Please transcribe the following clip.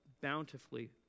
bountifully